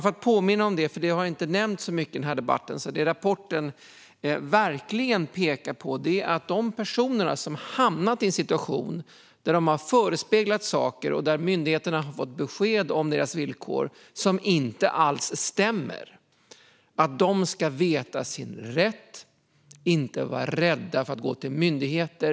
Låt mig påminna om något som inte har nämnts så mycket i debatten. Det rapporten verkligen pekar på är att de personer som har hamnat i en situation där de har förespeglats saker och där myndigheterna har fått besked om villkor som inte alls stämmer ska veta sin rätt och inte vara rädda för att gå till myndigheter.